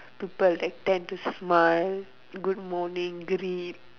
people like tend to smile good morning greet